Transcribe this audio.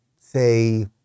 say